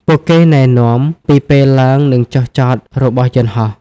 ពួកគេណែនាំពីពេលឡើងនិងចុះចតរបស់យន្តហោះ។